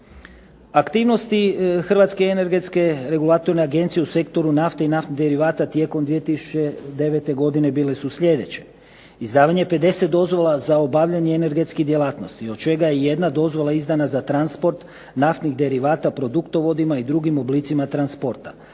Aktivnosti Hrvatske energetske regulatorne agencije u sektoru nafte i naftnih derivata tijekom 2009. godine bile su sljedeće: izdavanje 50 dozvola za obavljanje energetskih djelatnosti od čega je jedna dozvola izdana za transport naftnih derivata produktovodima i drugim oblicima transporta.